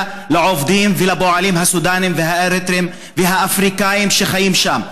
לעובדים ולפועלים הסודנים והאריתריאים והאפריקנים שחיים שם.